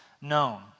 known